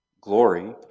Glory